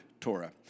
Torah